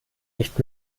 nicht